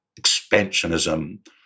expansionism